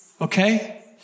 okay